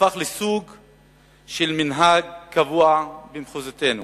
הפך למנהג קבע במחוזותינו.